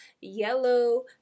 yellow